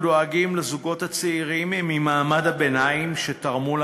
דואגים לזוגות הצעירים ממעמד הביניים שתרמו למדינה.